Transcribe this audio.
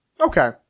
Okay